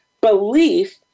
belief